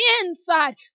inside